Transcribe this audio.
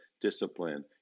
discipline